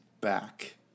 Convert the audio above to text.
back